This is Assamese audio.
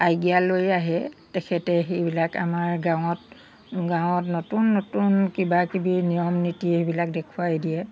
আজ্ঞা লৈ আহে তেখেতে সেইবিলাক আমাৰ গাঁৱত গাঁৱত নতুন নতুন কিবাকিবি নিয়ম নীতি সেইবিলাক দেখুৱাই দিয়ে